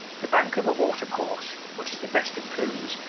the bank of a watercourse, which is the best of clues,